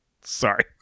sorry